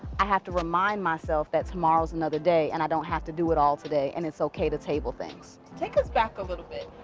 i have to remind myself that tomorrow's another day and i don't have to do it all today and it's okay to table things. take us back a little bit.